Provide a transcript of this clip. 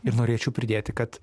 ir norėčiau pridėti kad